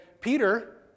Peter